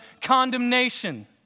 condemnation